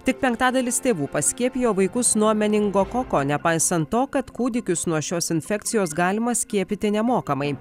tik penktadalis tėvų paskiepijo vaikus nuo meningokoko nepaisant to kad kūdikius nuo šios infekcijos galima skiepyti nemokamai